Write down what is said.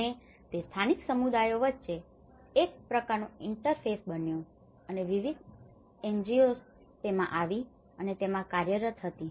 અને તે સ્થાનિક સમુદાયો વચ્ચે એક પ્રકારનો ઇન્ટરફેસ બન્યો અને વિવિધ NGOs તેમાં આવી અને તેમાં કાર્યરત હતી